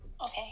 Okay